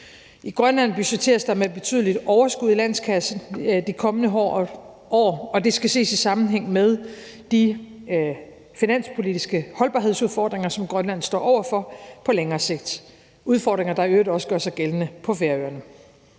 I Grønland budgetteres der med et betydeligt overskud i landskassen de kommende år, og det skal ses i sammenhæng med de finanspolitiske holdbarhedsudfordringer, som Grønland står over for på længere sigt. Det er udfordringer, der i øvrigt også gør sig gældende på Færøerne.